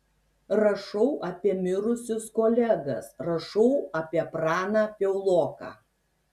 rašau apie mirusius kolegas rašau apie praną piauloką